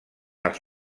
els